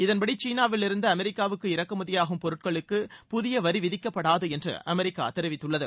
இதன்படி சீனாவிலிருந்து அமெரிக்காவுக்கு இறக்குமதியாகும் பொருட்களுக்கு புதிய வரி விதிக்கப்படாது என்று அமெரிக்கா தெரிவித்துள்ளது